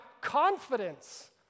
confidence